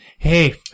Hey